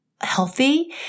healthy